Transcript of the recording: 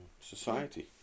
society